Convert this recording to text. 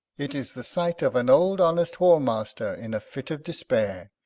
it is the sight of an old honest whoremaster in a fit of despair,